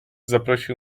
zaprosił